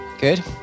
good